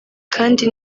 kandi